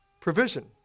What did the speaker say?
provision